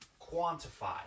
quantify